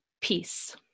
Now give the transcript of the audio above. peace